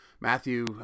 Matthew